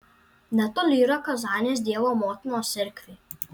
netoli yra kazanės dievo motinos cerkvė